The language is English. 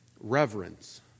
reverence